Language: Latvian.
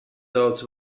daudz